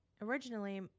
Originally